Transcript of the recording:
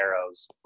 arrows